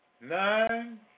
nine